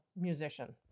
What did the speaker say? musician